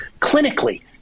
clinically